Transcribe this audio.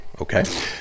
Okay